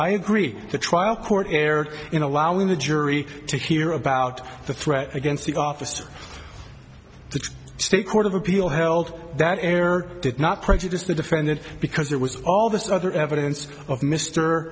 i agree the trial court erred in allowing the jury to hear about the threat against the office to the state court of appeal held that air did not prejudice the defendant because there was all this other evidence of mr